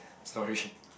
sorry